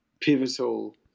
pivotal